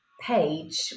page